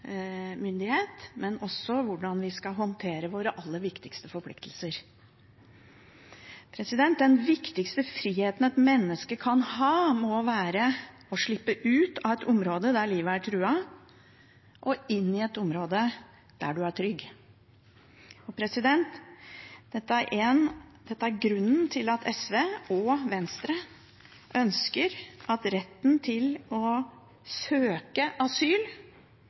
myndighet, men også om hvordan vi skal håndtere våre aller viktigste forpliktelser. Den viktigste friheten et menneske kan ha, må være å slippe ut av et område der livet er truet, og inn i et område der man er trygg. Dette er grunnen til at SV og Venstre ønsker at retten til «å søke og ta imot asyl